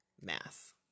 math